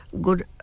good